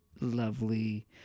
lovely